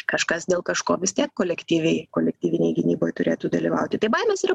kažkas dėl kažko vis tiek kolektyviai kolektyvinėj gynyboj turėtų dalyvauti tai baimės yra